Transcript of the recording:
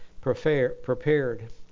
prepared